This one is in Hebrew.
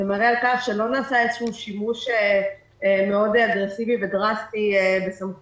זה מצביע על כך שלא נעשה איזשהו שימוש אגרסיבי ודרסטי בסמכויות.